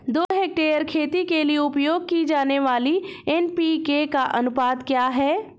दो हेक्टेयर खेती के लिए उपयोग की जाने वाली एन.पी.के का अनुपात क्या है?